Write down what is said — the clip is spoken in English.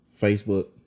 Facebook